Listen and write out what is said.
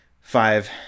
five